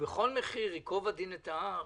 ובכל מחיר, ייקוב הדין את ההר.